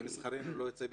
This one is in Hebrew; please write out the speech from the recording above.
שכרנו לא יצא בהפסדנו.